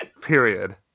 Period